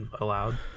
allowed